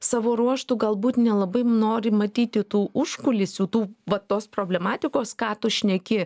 savo ruožtu galbūt nelabai nori matyti tų užkulisių tų va tos problematikos ką tu šneki